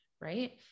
right